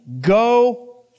Go